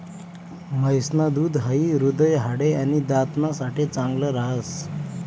म्हैस न दूध हाई हृदय, हाडे, आणि दात ना साठे चांगल राहस